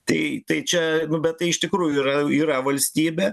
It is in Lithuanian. tai tai čia bet tai iš tikrųjų yra yra valstybė